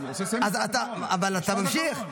אבל אתה ממשיך.